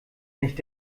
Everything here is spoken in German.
nicht